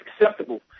acceptable